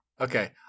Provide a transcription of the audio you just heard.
Okay